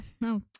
no